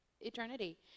eternity